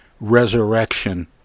resurrection